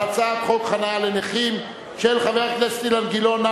הצעת חוק חנייה לנכים של חבר הכנסת אילן גילאון.